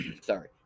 Sorry